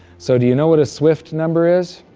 so do you know what a swift number is?